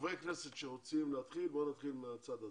חברי כנסת שרוצים להתייחס, בבקשה.